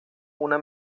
una